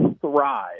thrive